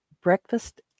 breakfast